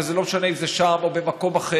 וזה לא משנה אם זה שם או במקום אחר,